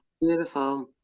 beautiful